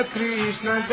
Krishna